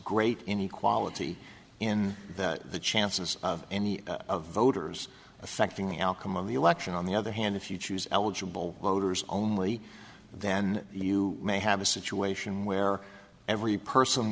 great inequality in that the chances of any of voters affecting how come in the election on the other hand if you choose eligible voters only then you may have a situation where every person